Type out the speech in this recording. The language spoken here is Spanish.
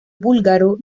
búlgaro